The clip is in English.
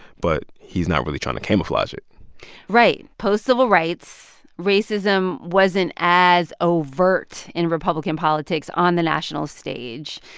but he's not really trying to camouflage it right. post-civil rights, racism wasn't as overt in republican politics on the national stage.